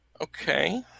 Okay